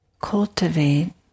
cultivate